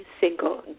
single